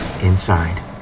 inside